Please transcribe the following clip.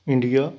India